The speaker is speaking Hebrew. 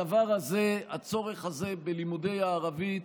הדבר הזה, הצורך הזה בלימודי הערבית